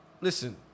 listen